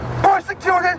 persecuted